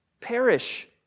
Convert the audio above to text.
perish